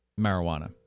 marijuana